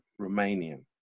Romanian